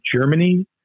Germany